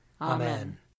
Amen